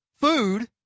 food